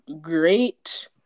great